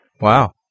Wow